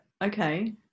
Okay